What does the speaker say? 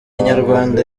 inyarwanda